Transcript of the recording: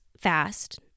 fast